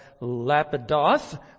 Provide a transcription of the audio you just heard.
Lapidoth